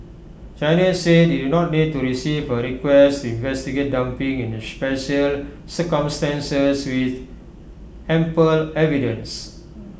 China said IT did not need to receive A request to investigate dumping in special circumstances with ample evidence